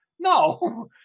No